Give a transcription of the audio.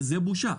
זה בושה.